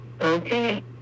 okay